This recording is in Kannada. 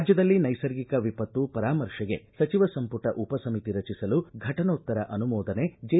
ರಾಜ್ದದಲ್ಲಿ ನೈಸರ್ಗಿಕ ವಿಪತ್ತು ಪರಾಮರ್ಶೆಗೆ ಸಚಿವ ಸಂಪುಟ ಉಪ ಸಮಿತಿ ರಚಿಸಲು ಘಟನೋತ್ತರ ಅನುಮೋದನೆ ಜೆ